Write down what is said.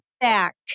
back